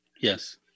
yes